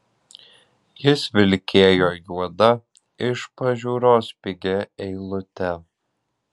jis vilkėjo juoda iš pažiūros pigia eilute